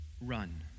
Run